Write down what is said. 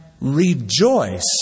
rejoice